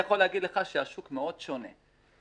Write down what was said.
אני יכול להגיד לך שהשוק שונה מאוד.